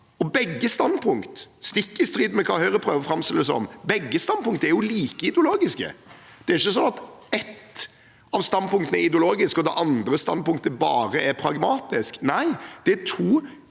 det som, er like ideologiske. Det er ikke sånn at ett av standpunktene er ideologisk og det andre standpunktet bare er pragmatisk.